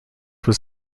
was